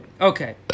Okay